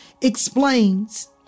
explains